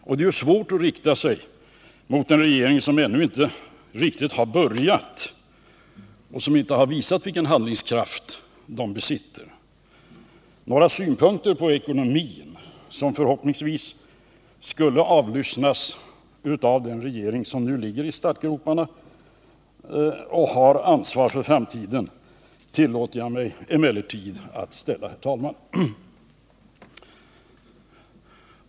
Det är ju också svårt att rikta sig mot en regering som ännu inte riktigt har börjat och som ännu inte har visat vilken handlingskraft den besitter. Några synpunkter på ekonomin, som förhoppningsvis skulle avlyssnas av den regering som nu ligger i startgroparna och har ansvar för framtiden, tillåter jag mig emellertid att framföra, herr talman.